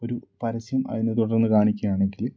ഒരു പരസ്യം അതിന് തുടർന്ന് കാണിക്കുക ആണെങ്കില്